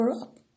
up